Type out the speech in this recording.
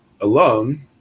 alone